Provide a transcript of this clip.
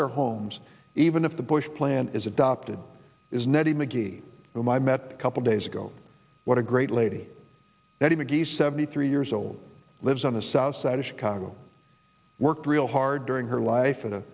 their homes even if the bush plan is adopted is nettie mcgee whom i met a couple days ago what a great lady betty mcgee seventy three years old lives on the south side of chicago worked real hard during her life